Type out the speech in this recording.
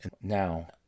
Now